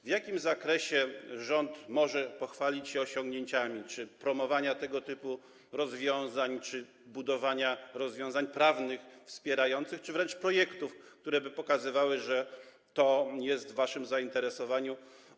W jakim zakresie rząd może pochwalić się osiągnięciami czy w promowaniu tego typu rozwiązań, czy budowaniu rozwiązań prawnych wspierających to, czy wręcz projektów, które by pokazywały, że to jest w kręgu waszych zainteresowań?